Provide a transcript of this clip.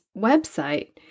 website